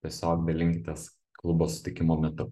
tiesiog dalinkitės klubo sutikimo metu